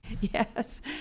Yes